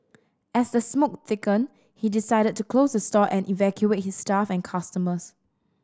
as the smoke thickened he decided to close the store and evacuate his staff and customers